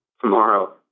tomorrow